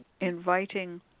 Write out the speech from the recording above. inviting